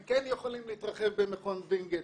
הם כן יכולים להתרחב במכון וינגייט.